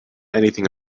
anything